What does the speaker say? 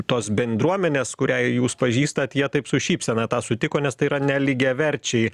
tos bendruomenės kurią jūs pažįstat jie taip su šypsena tą sutiko nes tai yra nelygiaverčiai